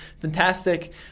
fantastic